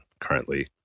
currently